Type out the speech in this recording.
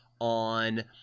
on